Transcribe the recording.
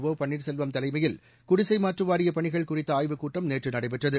ஆபள்ளீர்செல்வம் தலைமையில் குடிசைமாற்று வாரிய பணிகள் குறித்த ஆய்வுக்கூட்டம் நேற்று நடைபெற்றது